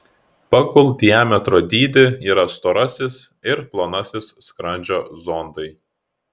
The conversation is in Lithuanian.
pagal diametro dydį yra storasis ir plonasis skrandžio zondai